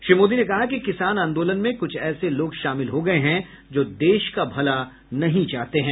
श्री मोदी ने कहा कि किसान आंदोलन में कुछ ऐसे लोग शामिल हो गये हैं जो देश का भला नहीं चाहते हैं